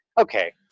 okay